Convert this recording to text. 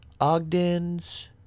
Ogden's